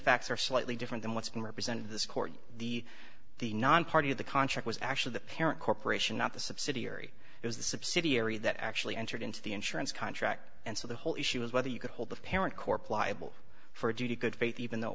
facts are slightly different than what's been represented in this court the the nonparty of the contract was actually the parent corporation not the subsidiary is the subsidiary that actually entered into the insurance contract and so the whole issue was whether you could hold the parent corp liable for a duty of good faith even though it